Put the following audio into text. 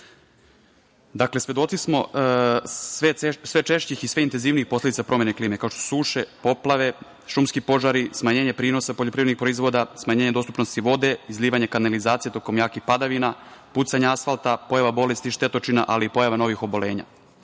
svedoci smo sve češćih i sve intenzivnijih posledica promene klime, kao što su: suše, poplave, šumski požari, smanjenje prinosa poljoprivrednih proizvoda, smanjenje dostupnosti vode, izlivanje kanalizacije tokom jakih padavina, pucanje asfalta, pojava bolesti i štetočina, ali i pojava novih oboljenja. Sve